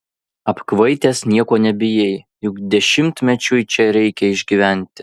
apkvaitęs nieko nebijai juk dešimtmečiui čia reikia išgyventi